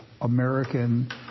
American